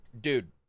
dude